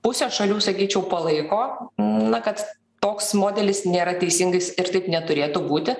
pusė šalių sakyčiau palaiko na kad toks modelis nėra teisingais ir taip neturėtų būti